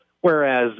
Whereas